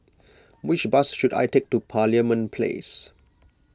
which bus should I take to Parliament Place